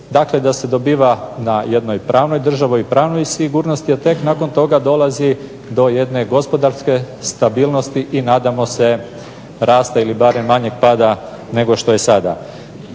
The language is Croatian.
dakle da se dobiva na jednoj pravnoj državi i pravnoj sigurnosti, a tek nakon toga dolazi do jedne gospodarske stabilnosti i nadamo se rasta ili barem manjeg pada nego što je sada.